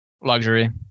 Luxury